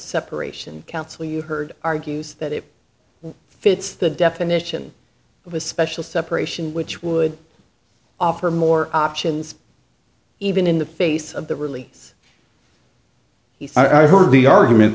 separation counsel you heard argues that it fits the definition of a special separation which would offer more options even in the face of that really i heard the argument